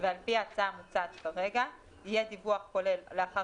על פי ההצעה המוצעת כרגע יהיה דיווח כולל לאחר